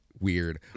weird